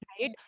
right